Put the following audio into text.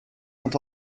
sont